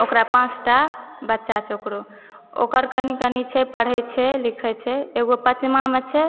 ओकरा पाँचटा बच्चा छै ओकरो ओकर कनी कनी छै पढ़ैत छै लिखैत छै एगो पाँचमामे छै